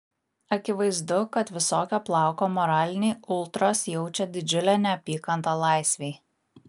akivaizdu kad visokio plauko moraliniai ultros jaučia didžiulę neapykantą laisvei